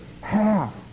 half